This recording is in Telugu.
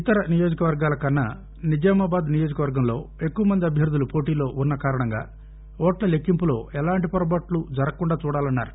ఇతర నియోజకవర్గాల కన్సా నిజామాబాద్ నియోజకవర్గంలో ఎక్కువ మంది అభ్యర్దులు పోటీలో వున్స కారణంగా ఓట్ల లెక్కింపులో ఎలాంటి పొరపాట్లు జరగకుండా చూడాలన్నారు